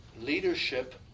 leadership